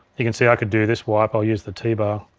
you can see i could do this wipe, i'll use the t-bar.